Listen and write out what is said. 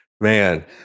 man